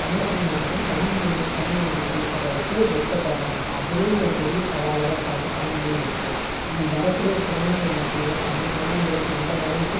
தமிழர்கள் மட்டுந்தான் தமிழ்மொழியை குழந்தைங்களுக்கு சொல்லித்தரதுக்கு வெட்கப்பட்றோம் ஸோ அதுவே ஒரு பெரிய சவாலாக தான் தமிழ் தமிழ்மொழி இருக்குது இனி வரக்கூடிய குழந்தைங்கள் மத்தியில் தமிழ்மொழிங்கிறது எந்த லெவலுக்கு